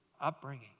upbringing